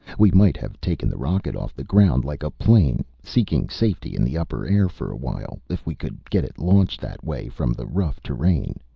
we might have taken the rocket off the ground like a plane, seeking safety in the upper air for a while, if we could get it launched that way from the rough terrain.